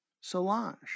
Solange